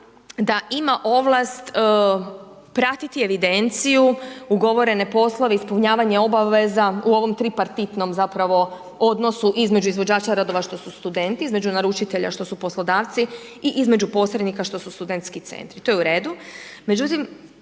da ima ovlast pratiti evidenciju ugovorene poslove, ispunjavanje obaveza u ovom tripartitnom zapravo odnosu između izvođača radova što su studenti, između naručitelja što su poslodavci i između posrednika što su studentski centri to je u redu.